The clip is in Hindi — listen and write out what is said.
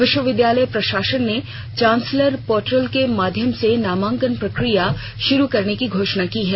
विश्वविद्यालय प्रशासन ने चांसलर पोर्टल के माध्यम से नामांकन प्रक्रिया शुरू करने की घोषणा की है